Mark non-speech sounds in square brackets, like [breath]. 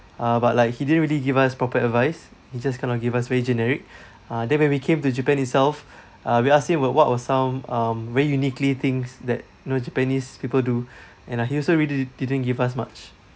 uh but like he didn't really give us proper advice he just kind of give us very generic [breath] uh then when we came to japan itself [breath] uh we asked him what what were some um very uniquely things that you know japanese people do [breath] and like he also really didn't give us much